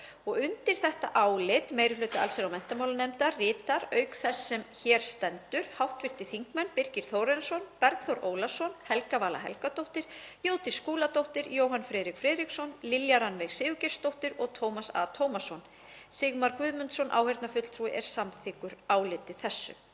Undir þetta álit meiri hluta allsherjar- og menntamálanefndar rita, auk þess sem hér stendur, hv. þingmenn Birgir Þórarinsson, Bergþór Ólason, Helga Vala Helgadóttir, Jódís Skúladóttir, Jóhann Friðrik Friðriksson, Lilja Rannveig Sigurgeirsdóttir og Tómas A. Tómasson. Sigmar Guðmundsson áheyrnarfulltrúi er samþykkur áliti þessu.